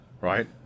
Right